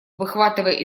выхватывая